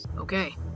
Okay